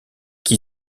qui